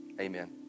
Amen